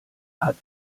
hat